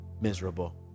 miserable